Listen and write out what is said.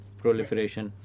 proliferation